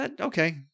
Okay